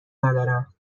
ندارم